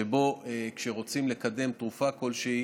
ובו כשרוצים לקבל תרופה כלשהי